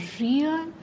real